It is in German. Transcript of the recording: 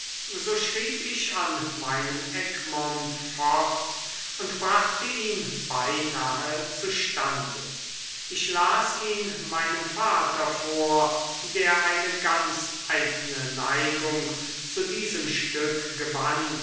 so schrieb ich an meinem egmont fort und brachte ihn beinahe zustande ich las ihn meinem vater vor der eine ganz eigne neigung zu diesem stück gewann